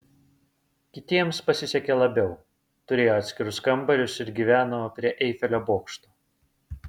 kitiems pasisekė labiau turėjo atskirus kambarius ir gyveno prie eifelio bokšto